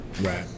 right